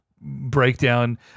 breakdown